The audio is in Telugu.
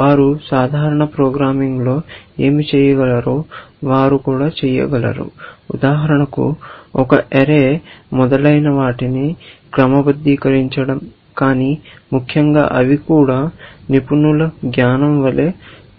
వారు సాధారణ ప్రోగ్రామింగ్లో ఏమి చేయగలరో వారు చేయగలరు ఉదాహరణకు ఒక అర్రా మొదలైనవాటిని క్రమబద్ధీకరించడం కానీ ముఖ్యంగా అవి కూడా నిపుణుల జ్ఞానం వలె